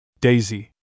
Daisy